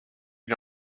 est